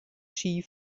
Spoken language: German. ski